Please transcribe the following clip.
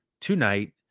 tonight